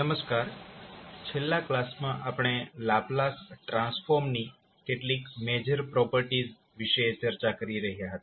નમસ્કાર છેલ્લા કલાસ માં આપણે લાપ્લાસ ટ્રાન્સફોર્મ ની કેટલીક મેજર પ્રોપર્ટીઝ વિશે ચર્ચા કરી રહ્યા હતા